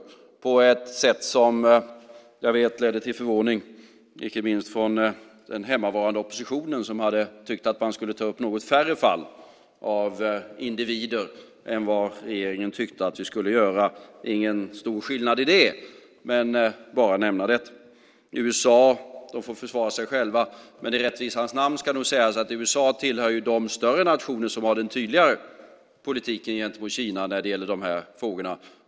Det var på ett sätt som jag vet ledde till förvåning från inte minst den hemmavarande oppositionen som tyckte att man skulle ta upp färre fall av individer än vad regeringen tyckte. Det är ingen stor skillnad i det, men jag ville bara nämna det. USA får försvara sig självt. Men i rättvisans namn ska nog sägas att USA tillhör de större nationer som har en tydligare politik gentemot Kina i dessa frågor.